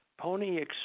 Pony